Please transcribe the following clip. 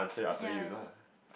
ya ya ya